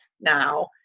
now